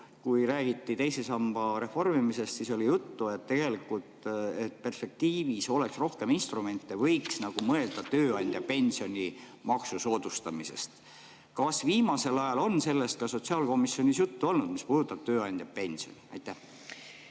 kui räägiti teise samba reformimisest, siis oli juttu, et selleks, et perspektiivis oleks rohkem instrumente, võiks mõelda tööandjapensioni maksusoodustusest. Kas viimasel ajal on sellest ka sotsiaalkomisjonis juttu olnud, mis puudutab tööandjapensioni? Suur